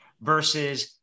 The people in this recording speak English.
versus